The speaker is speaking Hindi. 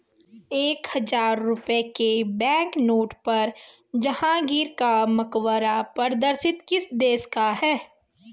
एक हजार रुपये के बैंकनोट पर जहांगीर का मकबरा प्रदर्शित किस देश का है?